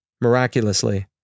Miraculously